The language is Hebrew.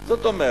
מה זאת אומרת?